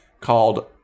called